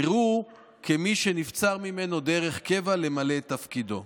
יראוהו כמי שנבצר ממנו דרך קבע למלא את תפקידו".